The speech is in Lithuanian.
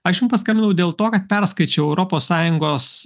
aš jum paskambinau dėl to kad perskaičiau europos sąjungos